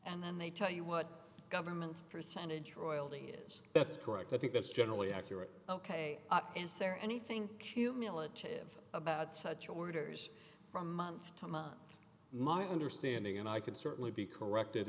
and then they tell you what government percentage royalty is that's correct i think that's generally accurate ok is there anything cumulative about such orders from month to month my understanding and i could certainly be corrected